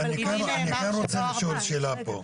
יש לי שאלה.